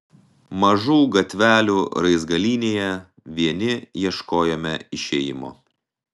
mažų gatvelių raizgalynėje vieni ieškojome išėjimo